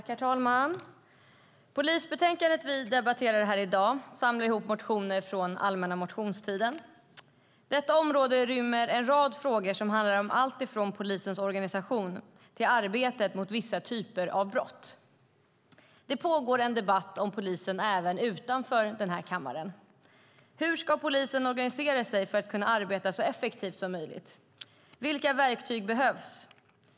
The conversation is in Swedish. Herr talman! Polisbetänkandet vi debatterar i dag samlar ihop motioner från allmänna motionstiden. Detta område rymmer en rad frågor som handlar om alltifrån polisens organisation till arbetet mot vissa typer av brott. Det pågår en debatt om polisen även utanför denna kammare. Hur ska polisen organiseras för att kunna arbeta så effektivt som möjligt? Vilka verktyg behövs?